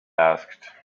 asked